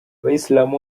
abayisilamu